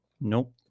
Nope